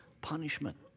punishment